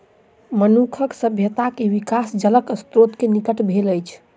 मनुखक सभ्यता के विकास जलक स्त्रोत के निकट भेल अछि